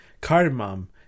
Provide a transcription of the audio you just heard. cardamom